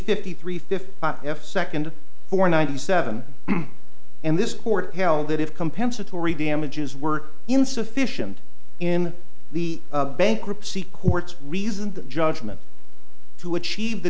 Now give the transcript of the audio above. fifty three fifty f second for ninety seven and this court held that if compensatory damages were insufficient in the bankruptcy courts reasoned judgment to achieve the